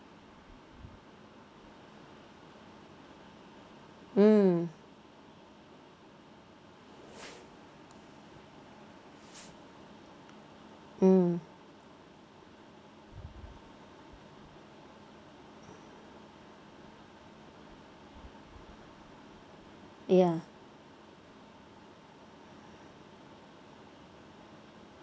mm mm ya